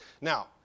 Now